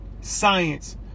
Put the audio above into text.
science